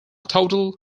total